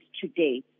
today